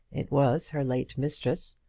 it was her late mistress